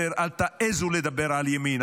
יותר על תעזו לדבר על ימין.